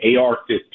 AR-15